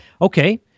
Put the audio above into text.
okay